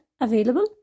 available